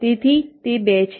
તેથી તે 2 છે